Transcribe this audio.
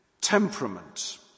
temperament